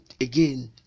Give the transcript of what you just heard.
again